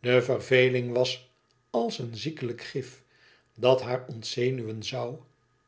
de verveling was als een ziekelijk gif dat haar ontzenuwen zoû